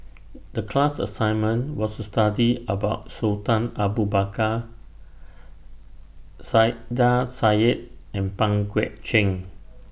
The class assignment was to study about Sultan Abu Bakar Saiedah Said and Pang Guek Cheng